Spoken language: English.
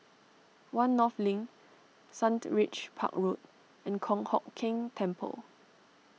one North Link Sundridge Park Road and Kong Hock Keng Temple